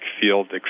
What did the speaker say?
field